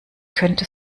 könnte